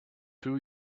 two